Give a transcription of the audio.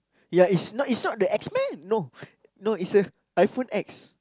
ya is not is not the X-Men no no is the iPhone X